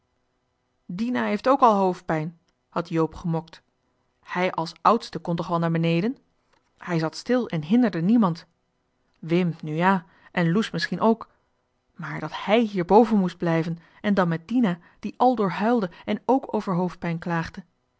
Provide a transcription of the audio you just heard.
dina heeft ook al hoofdpijn had joop gemokt hij als oudste kon toch wel naar beneden hij zat stil en hinderde niemand wim nu ja en loes misschien ook maar dat hij hier boven moest blijven en dan met dina die aldoor huilde en k over